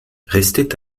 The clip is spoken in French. restait